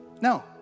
No